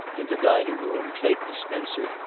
in the dining-room clayton spencer,